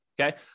Okay